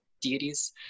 deities